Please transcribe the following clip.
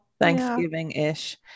Thanksgiving-ish